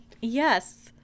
Yes